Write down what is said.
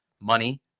money